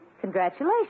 Congratulations